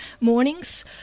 mornings